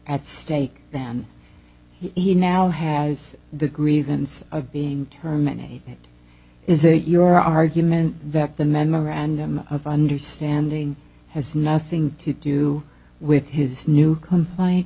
t stake them he now has the grievance of being terminated is it your argument that the memorandum of understanding has nothing to do with his new